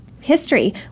history